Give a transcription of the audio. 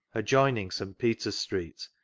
adjoining st. peter's street,